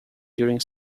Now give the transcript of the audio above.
during